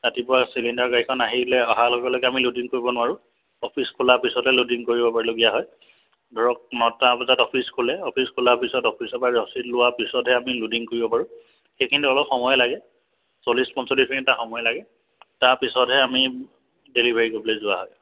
ৰাতিপুৱা চিলিণ্ডাৰ গাড়ীখন আহিলে অহাৰ লগে লগে আমি লুডিং কৰিব নোৱাৰোঁ অফিচ খোলা পিছতে লুডিং কৰিবলগীয়া হয় ধৰক নটা বজাত অফিচ খোলে অফিচ খোলা পিছত অফিচৰ পৰা ৰচীদ লোৱাৰ পিছতহে আমি লুডিং কৰিব পাৰোঁ সেইখিনিত অলপ সময় লাগে চল্লিছ পঞ্চল্লিছ মিনিট এটা সময় লাগে তাৰপিছতহে আমি ডেলিভাৰী কৰিবলৈ যোৱা হয়